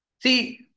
See